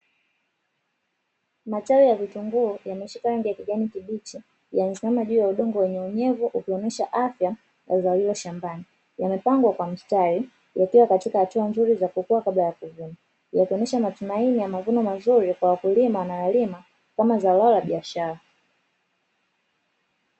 Matawi ya vitunguu yameshika rangi ya kijani kibichi, yamesimama juu ya udongo wenye unyevu ukionyesha afya wa zao hilo shambani, yamepangwa kwa mstari yakiwa katika hatua nzuri za kukua kabla ya kuvunwa, yakionyesha matumaini ya mavuno mazuri kwa wakulima wanayalima kama za lao la biashara.